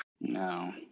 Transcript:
No